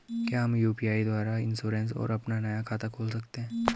क्या हम यु.पी.आई द्वारा इन्श्योरेंस और अपना नया खाता खोल सकते हैं?